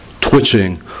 Twitching